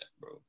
bro